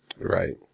Right